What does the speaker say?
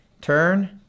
turn